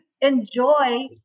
enjoy